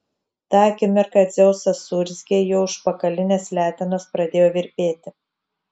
tą akimirką dzeusas suurzgė jo užpakalinės letenos pradėjo virpėti